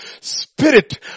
spirit